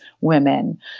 women